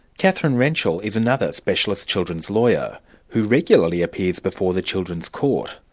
kathryn renshall is another specialist children's lawyer who regularly appears before the children's court,